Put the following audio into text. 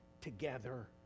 together